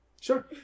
Sure